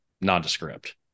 nondescript